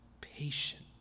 patient